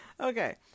Okay